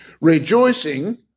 Rejoicing